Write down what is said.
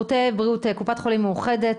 קופת חולים מאוחדת.